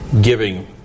giving